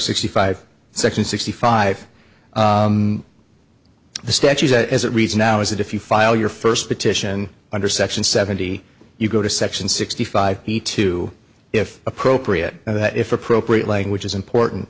sixty five section sixty five the statute as it reads now is that if you file your first petition under section seventy you go to section sixty five the two if appropriate if appropriate language is important